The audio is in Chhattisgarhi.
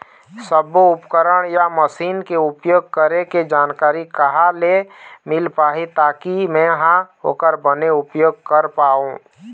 सब्बो उपकरण या मशीन के उपयोग करें के जानकारी कहा ले मील पाही ताकि मे हा ओकर बने उपयोग कर पाओ?